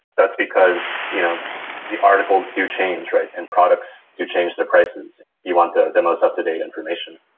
that's because you know the articles do change and products do change the prices. you want the the most up to date information.